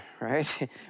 right